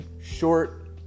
short